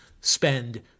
spend